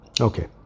Okay